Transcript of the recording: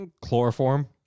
Chloroform